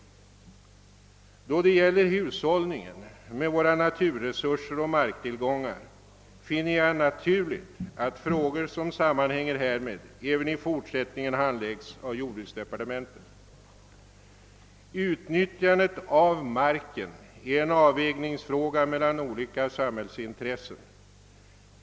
"Beträffande hushållningen med våra naturresurser och marktillgångar finner jag det naturligt att frågor som sammanhänger härmed även i fortsättningen handläggs av jordbruksdepartementet. Utnyttjandet av marken är en fråga om avvägning mellan olika samhällsintressen.